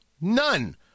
None